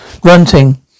grunting